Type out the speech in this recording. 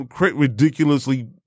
ridiculously